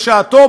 בשעתו,